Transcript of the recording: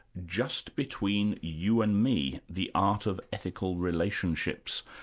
just between you and me the art of ethical relationships,